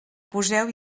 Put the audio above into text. poseu